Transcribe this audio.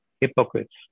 hypocrites